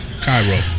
Cairo